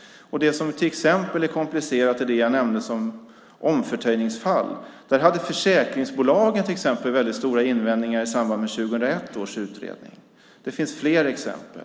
Det som till exempel är komplicerat är det som jag nämnde, nämligen omförtöjningsfall. Där hade till exempel försäkringsbolagen väldigt stora invändningar i samband med 2001 års utredning. Det finns fler exempel.